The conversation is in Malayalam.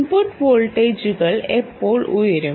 ഇൻപുട്ട് വോൾട്ടേജുകൾ എപ്പോൾ ഉയരും